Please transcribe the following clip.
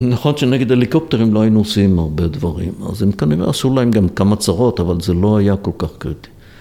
‫נכון שנגד הליקופטרים ‫לא היינו עושים הרבה דברים, ‫אז הם כנראה עשו להם גם כמה צרות, ‫אבל זה לא היה כל כך קריטי.